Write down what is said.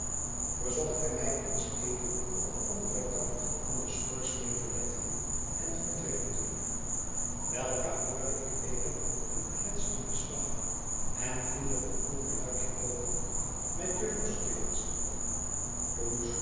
verzocht hij mij eens even op den anderen kant van den schoorsteen te letten en verdween toen weldra hoorde ik weder een kletsenden slag en viel er een ander luikje open met jufvrouw skiffins daarop